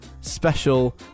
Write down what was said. special